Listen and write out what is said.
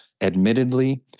Admittedly